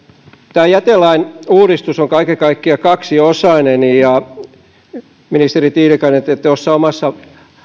tämä jätelain uudistus on kaiken kaikkiaan kaksiosainen ministeri tiilikainen te tuossa omassa